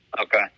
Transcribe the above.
Okay